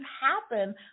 happen